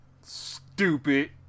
Stupid